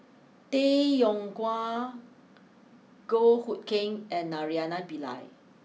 Tay Yong Kwang Goh Hood Keng and Naraina Pillai